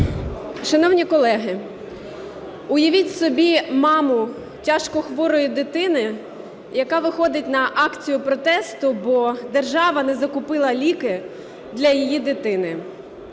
Шановні колеги, уявіть собі маму тяжкохворої дитини, яка виходить на акцію протесту, бо держава не закупила ліки для її дитини.